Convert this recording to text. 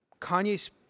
Kanye's